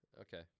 Okay